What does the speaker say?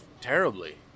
terribly